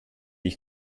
ich